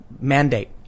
mandate